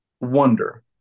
wonder